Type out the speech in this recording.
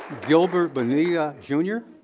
gilbert banilla jr.